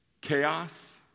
chaos